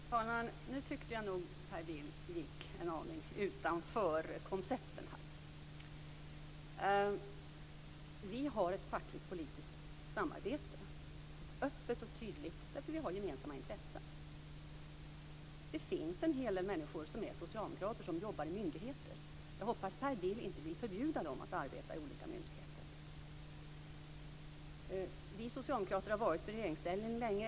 Fru talman! Nu tyckte jag nog att Per Bill gick en aning utanför koncepten här. Vi har ett fackligt politiskt samarbete, öppet och tydligt, därför att vi har gemensamma intressen. Det finns en hel del människor som är socialdemokrater som jobbar i myndigheter. Jag hoppas att Per Bill inte vill förbjuda dem att arbeta i olika myndigheter. Vi socialdemokrater har varit i regeringsställning länge.